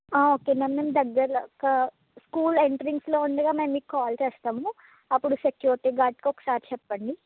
okay ma'am మేము దగ్గరలో ఒక స్కూల్ ఎంట్రెన్స్లో ఉండగా మీకు కాల్ చేస్తాము అప్పుడు సెక్యూరిటీ గార్డ్కి ఒకసారి చెప్పండి